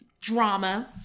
drama